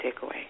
takeaway